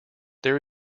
there